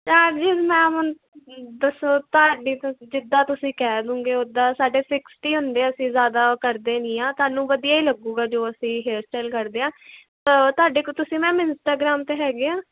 charges ma'am ਹੁਣ ਤੁਸੀਂ ਦੱਸੋ ਤੁਹਾਡੀ ਜਿੱਦਾਂ ਤੁਸੀਂ ਕਹਿ ਦੇਵੋਗੇ ਉੱਦਾਂ ਸਾਡੇ ਫਿਕਸ ਹੀ ਹੁੰਦੇ ਆ ਅਸੀਂ ਜ਼ਿਆਦਾ ਕਰਦੇ ਨਹੀਂ ਆ ਤੁਹਾਨੂੰ ਵਧੀਆ ਹੀ ਲੱਗੂਗਾ ਜੋ ਅਸੀਂ ਹੇਅਰ ਸਟਾਈਲ ਕਰਦੇ ਹਾਂ ਤੁਹਾਡੇ ਕੋਲ ਤੁਸੀਂ ਮੈਮ ਇੰਸਟਾਗ੍ਰਾਮ 'ਤੇ ਹੈਗੇ ਆ